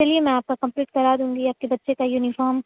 چلیے میں آپ کا کمپلیٹ کرا دوں گی آپ کے بچے کا یونییفام